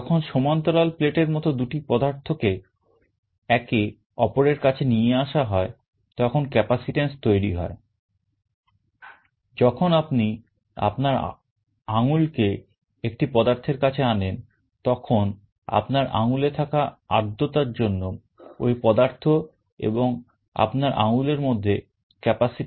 যখন সমান্তরাল প্লেট